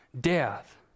death